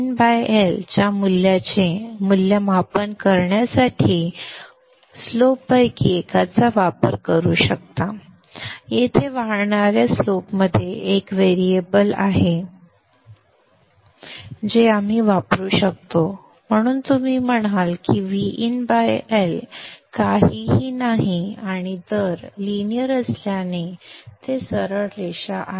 तर तुम्ही VinL च्या मूल्याचे मूल्यमापन करण्यासाठी उतारांपैकी एकाचा वापर करू शकता येथे वाढवणाऱ्या स्लोप मध्ये एक व्हेरिएबल आहे जे आपण वापरू शकतो म्हणून तुम्ही म्हणाल की VinL काहीही नाही आणि दर लिनियर असल्याने ते सरळ रेषा आहेत